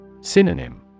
Synonym